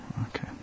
Okay